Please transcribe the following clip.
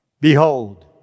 Behold